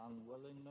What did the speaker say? unwillingness